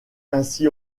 ainsi